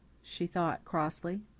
she thought crossly.